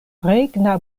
regna